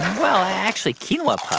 well, actually, quinoa puffs